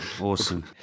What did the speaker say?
awesome